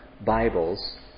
Bibles